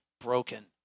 broken